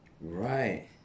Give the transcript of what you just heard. Right